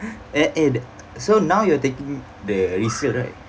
a~ eh so now you're taking the resale right